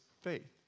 faith